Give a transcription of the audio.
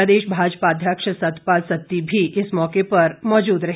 प्रदेश भाजपा अध्यक्ष सतपाल सत्ती भी इस मौके पर उपस्थित रहे